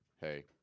hey